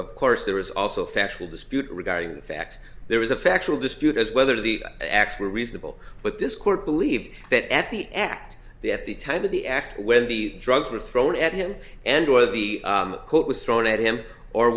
of course there was also factual dispute regarding the fact there was a factual dispute as whether the acts were reasonable but this court believed that at the at the at the time of the act when the drugs were thrown at him and whether the coat was thrown at him or